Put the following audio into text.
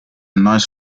nice